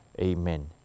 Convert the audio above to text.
Amen